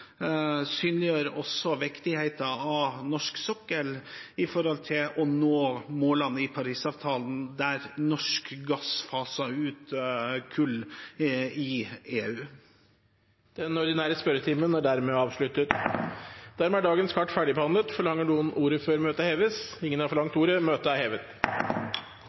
synliggjør viktigheten av norsk sokkel for å nå målene i Parisavtalen, der norsk gass faser ut kull i EU. Dermed er sak nr. 2 avsluttet. Dermed er dagens kart ferdigbehandlet. Forlanger noen ordet før møtet heves? – Møtet er hevet.